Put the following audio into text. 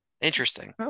interesting